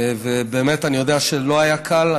ובאמת אני יודע שלא היה קל.